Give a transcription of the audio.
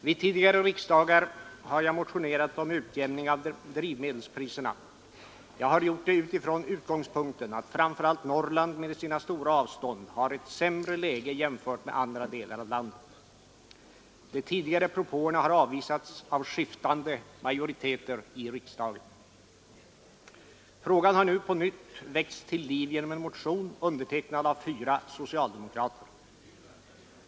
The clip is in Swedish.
Vid tidigare riksdagar har jag motionerat om utjämning av drivmedelspriserna. Jag har gjort det utifrån utgångspunkten att framför allt Norrland med sina stora avstånd har ett sämre läge jämfört med andra delar av landet. De tidigare propåerna har avvisats av skiftande majoriteter i riksdagen. Frågan har nu på nytt väckts till liv genom en motion, undertecknad av fyra socialdemokrater.